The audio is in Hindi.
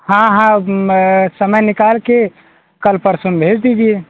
हाँ हाँ मैं समय निकाल के कल परसों भेज दीजिये